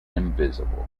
invisible